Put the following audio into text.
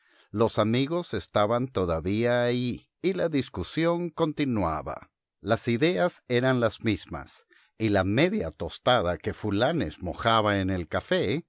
los amigos estaban todavía allí y la discusión continuaba las ideas eran las mismas y la media tostada que fulánez mojaba en el café